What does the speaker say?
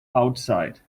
outside